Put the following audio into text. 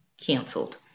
canceled